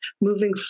moving